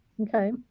okay